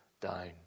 down